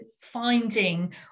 finding